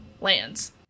lands